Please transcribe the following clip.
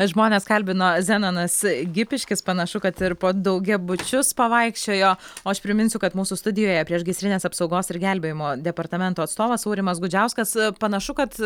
žmones kalbino zenonas gipiškis panašu kad ir po daugiabučius pavaikščiojo o aš priminsiu kad mūsų studijoje priešgaisrinės apsaugos ir gelbėjimo departamento atstovas aurimas gudžiauskas panašu kad